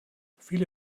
viele